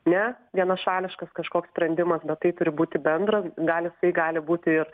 ne vienašališkas kažkoks sprendimas bet tai turi būti bendra gal isai gali būti ir